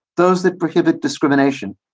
those that prohibit discrimination.